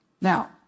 Now